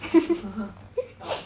tong